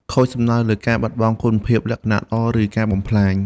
ខូច សំដៅលើការបាត់បង់គុណភាព លក្ខណៈល្អ ឬការបំផ្លាញ។